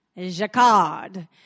jacquard